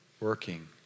working